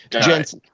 gents